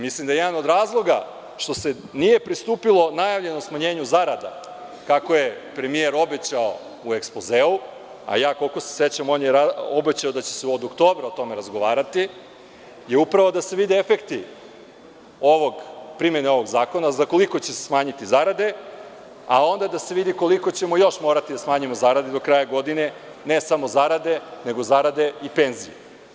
Mislim da je jedan od razloga što se nije istupilo najavljenom smanjenju zarada, kako je premijer obećao u ekspozeu, a ja koliko se sećam on je obećao da će se od oktobra o tome razgovarati, je upravo da se vide efekti primene ovog zakona, za koliko će se smanjiti zarade, a onda da se vidi koliko ćemo još morati da smanjimo zarade do kraja godine, ne samo zarade, nego zarade i penzije.